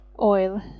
oil